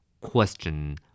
Question